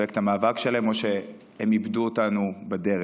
את המאבק שלהם או שהם איבדו אותנו בדרך.